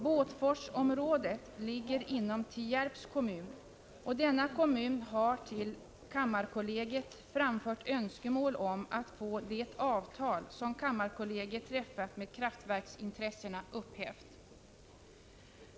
Båtforsområdet ligger inom Tierps kommun, och denna kommun har till kammarkollegiet framfört önskemål om att få det avtal som kammarkollegiet träffat med kraftverksintressena upphävt.